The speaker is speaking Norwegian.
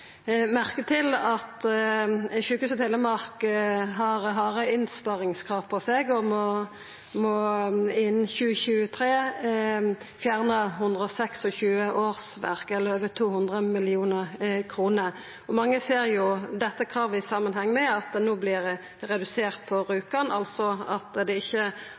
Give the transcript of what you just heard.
merke til at Sjukehuset Telemark har harde innsparingskrav og innan 2023 må fjerna 126 årsverk eller spara inn over 200 mill. kr. Mange ser jo dette kravet i samanheng med at det no vert redusert på Rjukan, altså at grunngjevinga ikkje